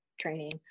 training